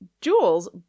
Jules